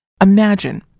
Imagine